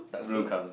blue color